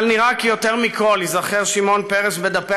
אבל נראה כי יותר מכול ייזכר שמעון פרס בדפי